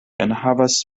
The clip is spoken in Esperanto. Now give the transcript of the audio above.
enhavas